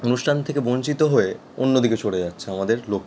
অনুষ্ঠান থেকে বঞ্চিত হয়ে অন্য দিকে সরে যাচ্ছে আমাদের লক্ষ্য